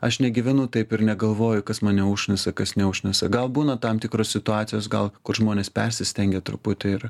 aš negyvenu taip ir negalvoju kas mane užknisa kas neužknisa gal būna tam tikros situacijos gal kur žmonės persistengia truputį ir